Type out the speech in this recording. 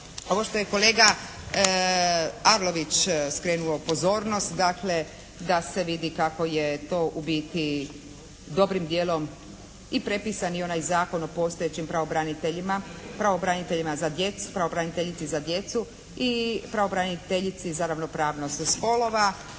Ovo što je kolega Arlović skrenuo pozornost dakle da se vidi kako je to u biti dobrim djelom i prepisan onaj zakon o postojećim pravobraniteljima, pravobraniteljici za djecu i pravobraniteljici za ravnopravnost spolova.